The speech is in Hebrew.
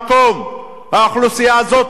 האוכלוסייה הזאת לא תסבול יותר.